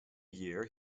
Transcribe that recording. year